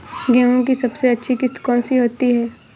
गेहूँ की सबसे अच्छी किश्त कौन सी होती है?